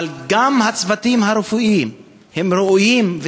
אבל גם הצוותים הרפואיים ראויים,